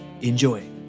Enjoy